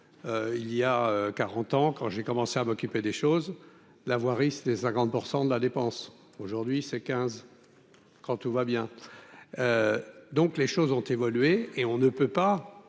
il y a 40 ans quand j'ai commencé à m'occuper des choses, la voirie, c'était 50 % de la dépense aujourd'hui c'est quinze quand tout va bien, donc, les choses ont évolué et on ne peut pas